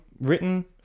written